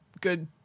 good